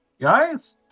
guys